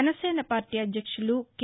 Janasena party అధ్యక్షులు K